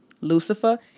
Lucifer